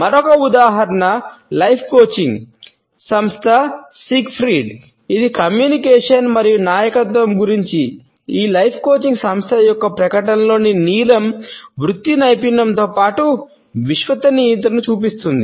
మరొక ఉదాహరణ life coaching సంస్థ యొక్క ప్రకటనలలోని నీలం వృత్తి నైపుణ్యంతో పాటు విశ్వసనీయతను సూచిస్తుంది